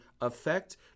affect